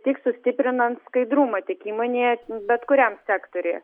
tik sustiprinant skaidrumą tiek įmonėje bet kuriam sektoriuje